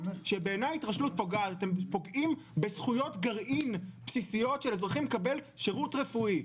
מבני קהילה וכדומה,